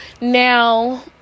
Now